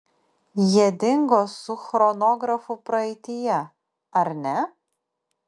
jie dingo su chronografu praeityje ar ne